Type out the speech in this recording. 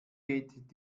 geht